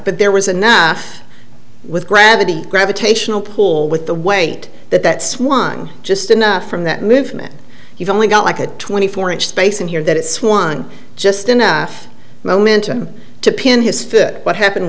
but there was enough with gravity gravitational pull with the weight that that swung just enough from that movement you've only got like a twenty four inch space in here that it's one just enough momentum to pin his foot what happened